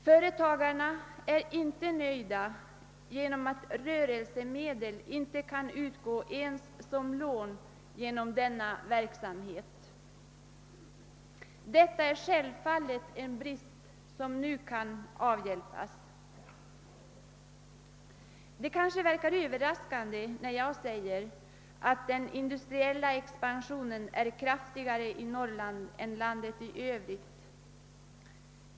Företagarna är inte nöjda på grund av att rörelsemedel inte kan utgå ens som lån genom lokaliseringsverksamheten. Detta är självfallet en brist som nu kan avhjälpas. Det verkar kanske överraskande när jag säger att den industriella expansionen är kraftigare i Norrland än i landet i övrigt.